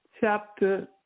chapter